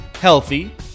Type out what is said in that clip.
healthy